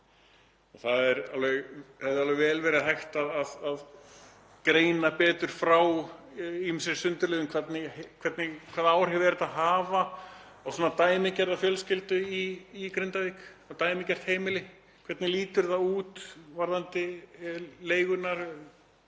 Það hefði vel verið hægt að greina betur frá því með sundurliðun hvaða áhrif þetta hefur á dæmigerða fjölskyldu í Grindavík, dæmigert heimili. Hvernig lítur það út varðandi leiguna,